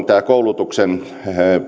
tämä koulutuksen